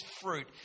fruit